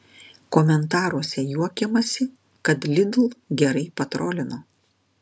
komentaruose juokiamasi kad lidl gerai patrolino